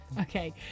Okay